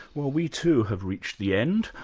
well we too have reached the end,